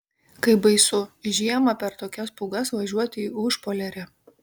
kaip baisu žiemą per tokias pūgas važiuoti į užpoliarę